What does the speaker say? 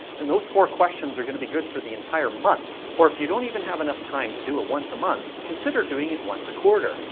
and those four questions are gonna be good for the entire month. or if you don't even have enough time to do it once a month, consider doing it once a quarter.